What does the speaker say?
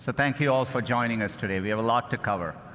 thank you all for joining us today. we have a lot to cover.